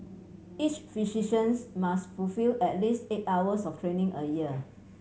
each physicians must fulfil at least eight hours of training a year